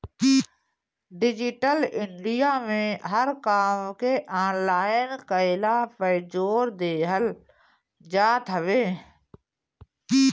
digital India में हर काम के ऑनलाइन कईला पअ जोर देहल जात हवे